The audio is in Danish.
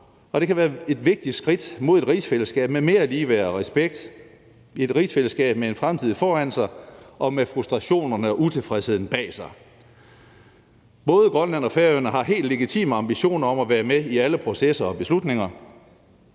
det kan være et vigtigt skridt mod et rigsfællesskab med mere ligeværd og respekt, et rigsfællesskab med en fremtid foran sig og med frustrationerne og utilfredsheden bag sig. Både Grønland og Færøerne har helt legitime ambitioner om at være med i alle processer og beslutninger,